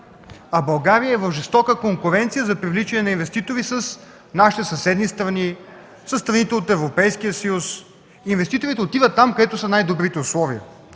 а България е в жестока конкуренция за привличане на инвеститори с нашите съседни страни, със страните от Европейския съюз. Инвеститорите отиват там, където са най-добрите условия.